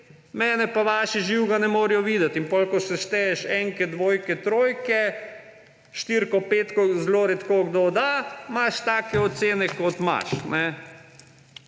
mene pa vaši živega ne morejo videti. In ko potem sešteješ enke, dvojke, trojke, štirko, petko zelo redko kdo da, imaš take ocene, kot imaš.